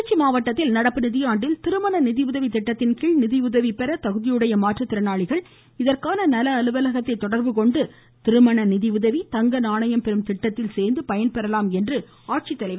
திருச்சி மாவட்டத்தில் நடப்பு நிதியாண்டில் திருமண நிதியுதவி திட்டத்தின்கீழ் நிதியுதவி பெற தகுதியுடைய மாற்றுத்திறனாளிகள் இதற்கான நல அலுவலகத்தை தொடர்புகொண்டு திருமண நிதியுதவி தங்க நாணயம் பெறும் திட்டத்தில் பயன்பெறலாம் என்று ஆட்சித்தலைவர் திரு